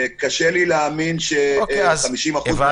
קשה לי להאמין ש-50% מהתובענות לא מגיעות --- אוקיי,